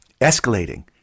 escalating